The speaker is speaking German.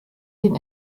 den